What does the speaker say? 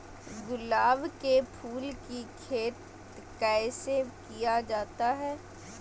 गुलाब के फूल की खेत कैसे किया जाता है?